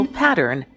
pattern